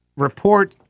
Report